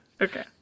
Okay